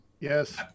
Yes